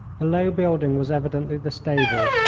the low building was evidently the stable,